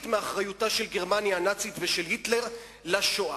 מאחריותה של גרמניה הנאצית ומאחריותו של היטלר לשואה.